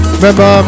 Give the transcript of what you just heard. Remember